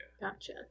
Gotcha